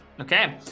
Okay